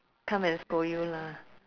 come and scold you lah